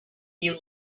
you